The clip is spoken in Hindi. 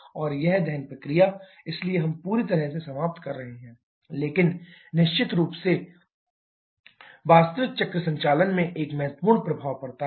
और यह दहन प्रक्रिया इसलिए हम पूरी तरह से समाप्त कर रहे हैं लेकिन निश्चित रूप से वास्तविक चक्र संचालन में एक महत्वपूर्ण प्रभाव पड़ता है